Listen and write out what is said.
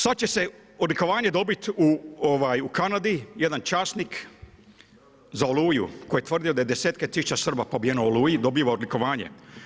Sad će se odlikovanje dobiti u Kanadi, jedan časnik za Oluju koji je tvrdio da je desetke tisuća Srba pobijeno u Oluji, dobiva odlikovanje.